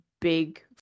big